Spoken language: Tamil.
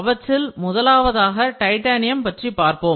அவற்றில் முதலாவதாக டைட்டானியம் பற்றி பார்ப்போம்